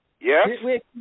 Yes